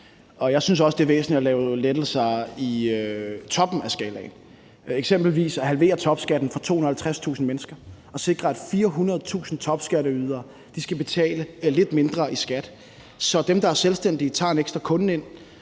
Jeg synes også, det er væsentligt at give lettelser i toppen af skalaen, eksempelvis at halvere topskatten for 250.000 mennesker og sikre, at 400.000 topskatteydere skal betale lidt mindre i skat, så dem, der er selvstændige, tager en ekstra kunde ind,